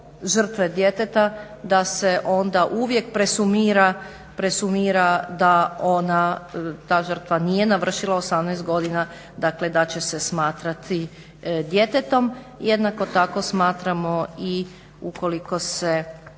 žrtve djeteta da se onda uvijek presumira da ona, ta žrtva nije navršila 18 godina, dakle da će se smatrati djetetom. Jednako tako smatramo i ukoliko se